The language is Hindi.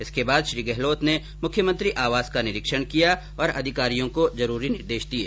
इसके बाद श्री गहलोत ने मुख्यमंत्री आवास का निरीक्षण किया और अधिकारियों को जरूरी निर्देश दिये